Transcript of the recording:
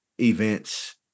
events